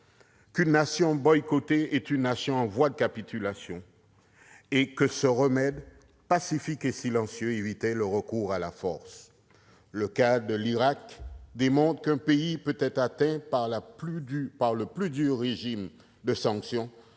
qu'« une nation boycottée est une nation en voie de capitulation » et que ce remède « pacifique et silencieux » évitait le « recours à la force ». Le cas de l'Irak démontre qu'un pays peut être atteint par le plus dur régime de sanctions